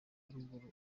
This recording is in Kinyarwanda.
ruguru